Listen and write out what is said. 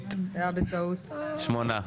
שמונה.